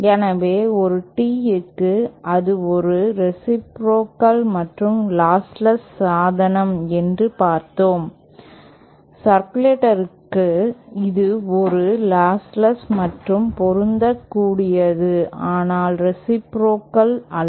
எனவே ஒரு Teeக்கு அது ஒரு ரேசிப்ரோகல் மற்றும் லாஸ்ட்லெஸ் சாதனம் என்று பார்த்தோம் சர்க்குலேட்டரிற்கு இது ஒரு லாஸ்லெஸ் மற்றும் பொருந்தக்கூடியது ஆனால் ரேசிப்ரோகல் அல்ல